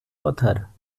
author